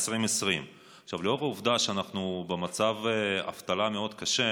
2020. לנוכח העובדה שאנחנו במצב אבטלה מאוד קשה,